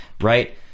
Right